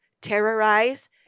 terrorize